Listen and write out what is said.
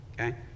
okay